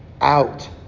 out